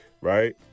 Right